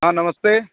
हाँ नमस्ते